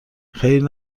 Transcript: خیر